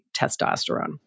testosterone